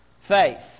faith